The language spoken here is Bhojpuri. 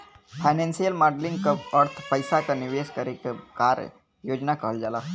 फाइनेंसियल मॉडलिंग क अर्थ पइसा क निवेश करे क कार्य योजना कहल जाला